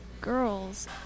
girls